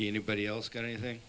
anybody else got anything